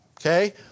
Okay